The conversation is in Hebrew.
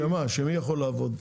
שמא, שמי יכול לעבוד?